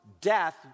death